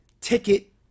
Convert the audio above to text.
ticket